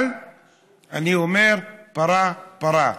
אבל אני אומר: פרה-פרה.